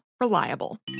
reliable